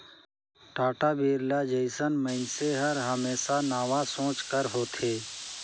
टाटा, बिरला जइसन मइनसे हर हमेसा नावा सोंच कर होथे